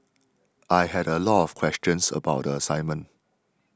I had a lot of questions about the assignment